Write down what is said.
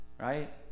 right